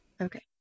okay